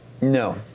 No